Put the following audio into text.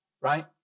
right